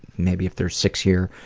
maybe if there's six here,